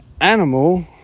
animal